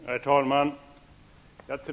Herr talman!